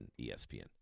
ESPN